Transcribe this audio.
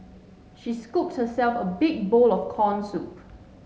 she scoop herself a big bowl of corn soup